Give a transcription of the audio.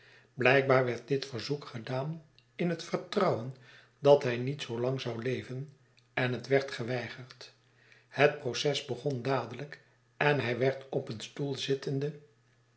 blijkbaar werd dit verzoek gedaan in het vertrouwen dat hij niet zoo lang zou leven en het werd geweigerd het proces begon dadelijk en hij werd op een stoel zittende